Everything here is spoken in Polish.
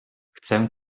chcę